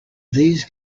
these